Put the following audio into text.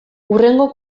hurrengo